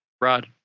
Rod